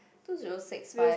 two zero six five